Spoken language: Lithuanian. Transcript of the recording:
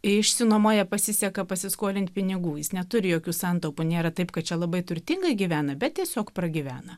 išsinuomoja pasiseka pasiskolint pinigų jis neturi jokių santaupų nėra taip kad čia labai turtingai gyvena bet tiesiog pragyvena